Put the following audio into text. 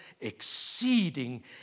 exceeding